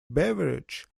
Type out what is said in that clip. beverage